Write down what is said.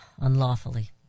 unlawfully